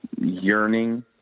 yearning